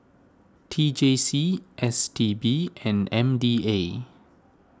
T J C S T B and M D A